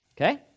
Okay